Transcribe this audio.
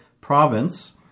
province